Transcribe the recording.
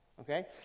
Okay